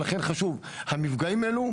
ולכן חשוב המפגעים האלו,